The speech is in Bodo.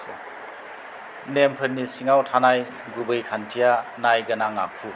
नेमफोरनि सिङाव थानाय गुबै खान्थिया नायगोनां आखु